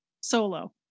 solo